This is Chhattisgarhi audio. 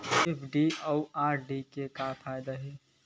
एफ.डी अउ आर.डी के का फायदा हे?